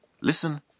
Listen